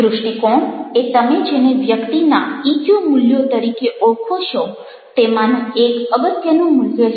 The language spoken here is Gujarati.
દૃષ્ટિકોણ એ તમે જેને વ્યક્તિના ઇક્યુ મૂલ્યો તરીકે ઓળખો છો તેમાંનું એક અગત્યનું મૂલ્ય છે